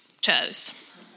chose